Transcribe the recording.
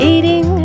Eating